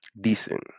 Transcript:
Decent